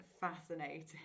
fascinating